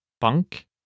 bank